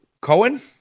Cohen